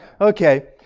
Okay